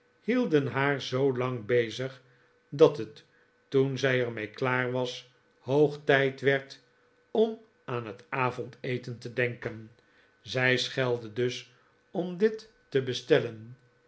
hielden haar zoolang bezig dat het toen zij er mee klaar was hoog tijd werd om aan het avondeten te dehken zij schelde dus om dit te bestellen